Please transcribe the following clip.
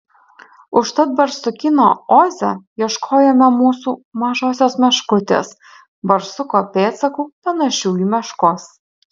užtat barsukyno oze ieškojome mūsų mažosios meškutės barsuko pėdsakų panašių į meškos